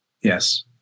Yes